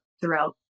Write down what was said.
throughout